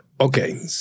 Okay